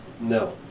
No